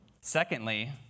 Secondly